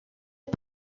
est